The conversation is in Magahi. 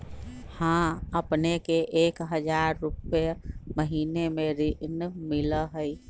हां अपने के एक हजार रु महीने में ऋण मिलहई?